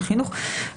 החוק הזה,